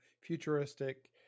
futuristic